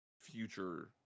future